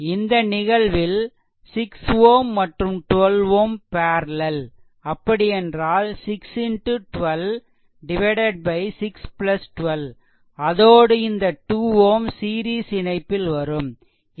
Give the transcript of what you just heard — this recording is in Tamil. இந்த நிகழ்வில் 6 Ω மற்றும் 12 Ω பேரலெல் அப்படியென்றால் 6 12 அதோடு இந்த 2 Ω சீரிஸ் இணைப்பில் வரும் எனவே 2